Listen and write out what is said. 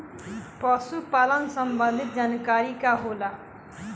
पशु पालन संबंधी जानकारी का होला?